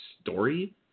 story